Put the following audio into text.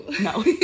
No